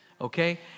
okay